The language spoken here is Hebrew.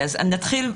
לא ניתן יהיה.